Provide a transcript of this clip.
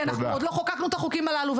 כי אנחנו עוד לא חוקקנו את החוקים הללו.